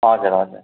हजुर हजुर